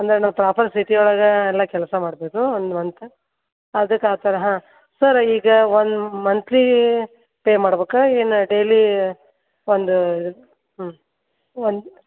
ಅಂದರೆ ನಾವು ಪ್ರಾಪರ್ ಸಿಟಿಯೊಳಗೆ ಎಲ್ಲ ಕೆಲಸ ಮಾಡಬೇಕು ಒಂದು ಮಂತ್ ಅದಕ್ಕೆ ಆ ಥರ ಹಾಂ ಸರ್ ಈಗ ಒಂದು ಮಂತ್ಲಿ ಪೇ ಮಾಡಬೇಕಾ ಏನು ಡೈಲಿ ಒಂದು ಹ್ಞೂ ಒಂದು